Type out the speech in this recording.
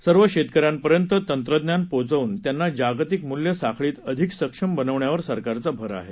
सर्व शेतकऱ्यांपर्यंत तंत्रज्ञान पोचवून त्यांना जागतिक मूल्य साखळीत अधिक सक्षम बनवण्यावर सरकारचा भर आहे